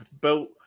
built